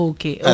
Okay